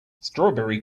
strawberry